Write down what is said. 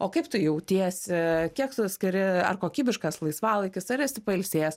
o kaip tu jautiesi kiek tu skiri ar kokybiškas laisvalaikis ar esi pailsėjęs